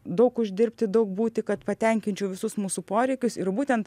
daug uždirbti daug būti kad patenkinčiau visus mūsų poreikius ir būtent